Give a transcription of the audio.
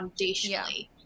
foundationally